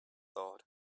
thought